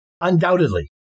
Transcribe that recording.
Undoubtedly